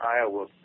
Iowa